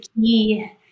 key